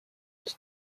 iki